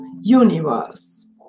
universe